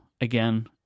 again